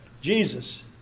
Jesus